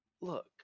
look